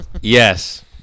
Yes